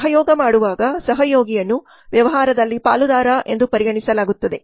ಸಹಯೋಗ ಮಾಡುವಾಗ ಸಹಯೋಗಿಯನ್ನು ವ್ಯವಹಾರದಲ್ಲಿ ಪಾಲುದಾರ ಎಂದು ಪರಿಗಣಿಸಲಾಗುತ್ತದೆ